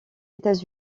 états